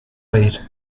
reír